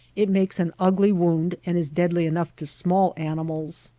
it makes an ugly wonnd and is deadly enough to small animals.